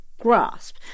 Grasp